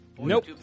Nope